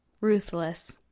ruthless